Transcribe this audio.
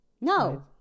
No